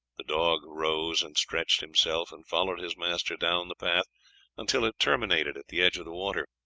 the dog rose and stretched himself, and followed his master down the path until it terminated at the edge of the water.